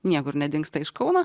niekur nedingsta iš kauno